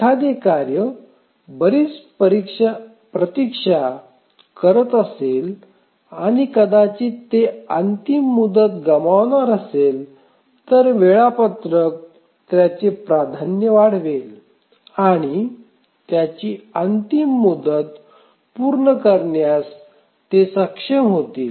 एखादे कार्य बरीच प्रतीक्षा करत असेल आणि कदाचित ते अंतिम मुदत गमावणार असेल तर वेळापत्रक त्याचे प्राधान्य वाढवेल आणि त्याची अंतिम मुदत पूर्ण करण्यात ते सक्षम होतील